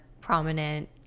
prominent